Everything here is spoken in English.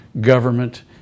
government